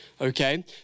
Okay